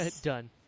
done